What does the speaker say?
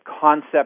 concept